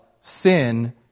sin